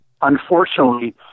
unfortunately